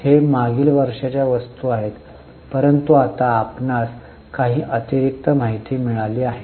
हे मागील वर्षाच्या वस्तू आहेत परंतु आता आपणास काही अतिरिक्त माहिती मिळाली आहे